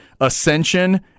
ascension